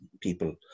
people